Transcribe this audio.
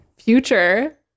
future